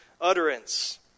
utterance